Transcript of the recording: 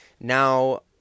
Now